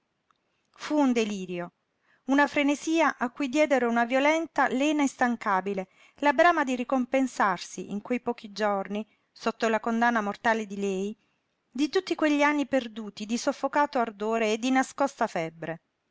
un delirio una frenesia a cui diedero una violenta lena instancabile la brama di ricompensarsi in quei pochi giorni sotto la condanna mortale di lei di tutti quegli anni perduti di soffocato ardore e di nascosta febbre